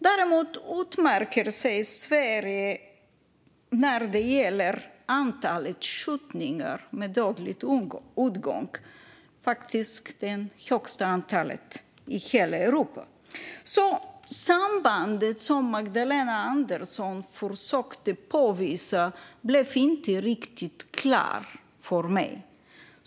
Däremot utmärker sig Sverige när det gäller antal skjutningar med dödlig utgång. Vi har faktiskt det högsta antalet i hela Europa. Sambandet som Magdalena Andersson försökte påvisa blev inte riktigt klart för mig.